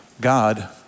God